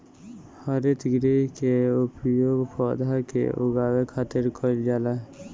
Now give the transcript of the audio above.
हरितगृह के उपयोग पौधा के उगावे खातिर कईल जाला